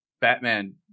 Batman